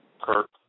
Kirk